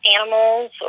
animals